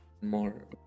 more